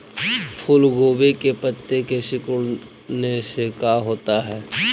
फूल गोभी के पत्ते के सिकुड़ने से का होता है?